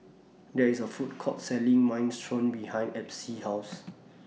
There IS A Food Court Selling Minestrone behind Epsie's House